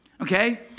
Okay